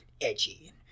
edgy